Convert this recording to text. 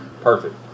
Perfect